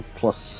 plus